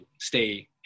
stay